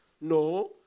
No